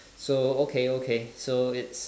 so okay okay so it's